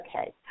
Okay